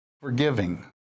forgiving